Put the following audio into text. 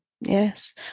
yes